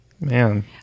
Man